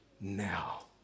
now